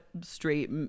straight